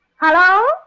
Hello